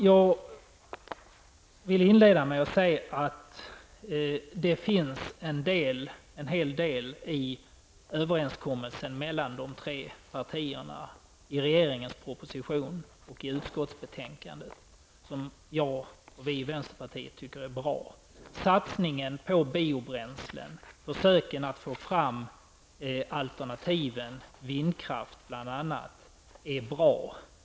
Jag vill inleda med att säga att det finns en hel del i överenskommelsen mellan partierna som jag och vänsterpartiet tycker är bra. Satsningen på biobränslen och försöken att få fram alternativ, bl.a. vindkraft, är bra.